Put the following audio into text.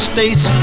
States